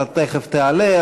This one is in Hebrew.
אתה תכף תעלה,